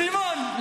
סימון,